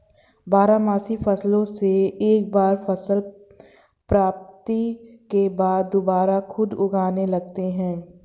बारहमासी फसलों से एक बार फसल प्राप्ति के बाद दुबारा खुद उगने लगते हैं